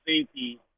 safety